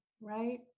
Right